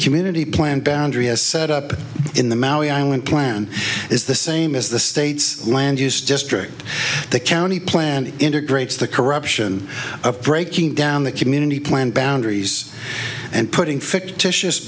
community plan boundary is set up in the maui island plan is the same as the state's land use district the county plan integrates the corruption of breaking down the community plan boundaries and putting fictitious